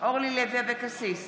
אורלי לוי אבקסיס,